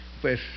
pues